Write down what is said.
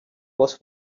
was